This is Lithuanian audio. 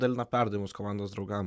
dalina perdavimus komandos draugam